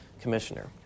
commissioner